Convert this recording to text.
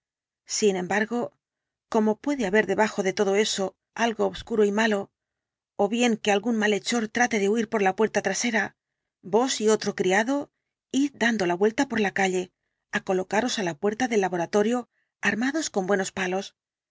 sin embargo como puede haber debajo de todo eso algo obscuro y malo ó bien que algún malhechor trate de huir por la puerta trasera vos y otro criado id dando vuelta por la calle á colocaros á la puerta del laboratorio armados con buenos palos